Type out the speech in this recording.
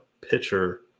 pitcher